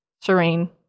serene